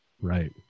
right